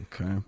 Okay